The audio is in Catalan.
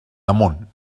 damunt